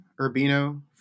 Urbino